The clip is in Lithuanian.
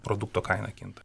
produkto kaina kinta